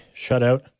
shutout